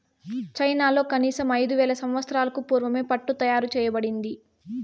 చైనాలో కనీసం ఐదు వేల సంవత్సరాలకు పూర్వమే పట్టు తయారు చేయబడింది